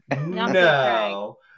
no